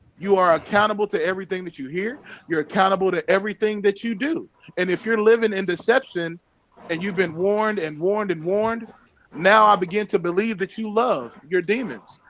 you are accountable to everything that you hear you're accountable to everything that you do and if you're living in deception deception and you've been warned and warned and warned now, i begin to believe that you love your demons.